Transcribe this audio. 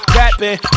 rapping